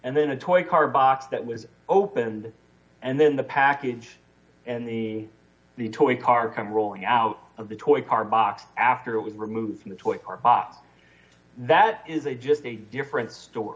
and then a toy car box that was opened and then the package and the the toy car come rolling out of the toy car box after it was removed from the toy box that is a just a different